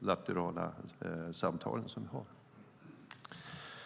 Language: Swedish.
bilaterala samtalen.